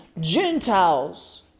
Gentiles